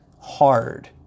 hard